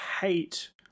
hate